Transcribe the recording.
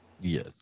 Yes